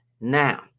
now